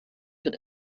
wird